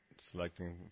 selecting